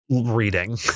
reading